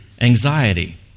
anxiety